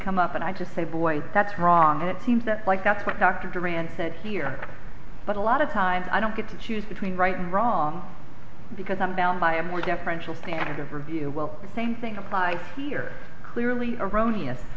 come up and i just say boy that's wrong it seems that's like that's what dr duran said here but a lot of times i don't get to choose between right and wrong because i'm bound by a more deferential standard of review well the same thing applies here clearly erroneous